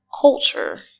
culture